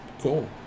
cool